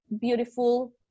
beautiful